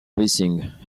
facing